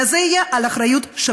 וזה יהיה על אחריותכם.